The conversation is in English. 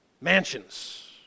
mansions